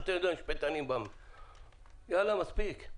יאללה, מספיק.